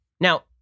Now